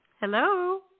Hello